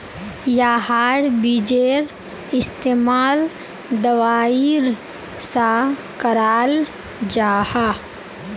याहार बिजेर इस्तेमाल दवाईर सा कराल जाहा